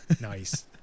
Nice